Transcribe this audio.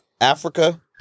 Africa